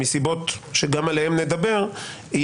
מסיבות שגם עליהן נדבר,